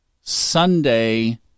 Sunday